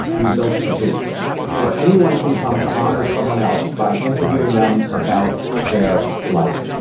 we built a booth where anyone can come to honor someone else by interviewing them about their life.